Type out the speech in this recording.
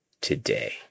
today